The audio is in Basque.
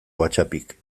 whatsappik